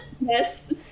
yes